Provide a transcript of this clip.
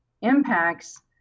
impacts